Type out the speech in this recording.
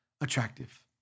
attractive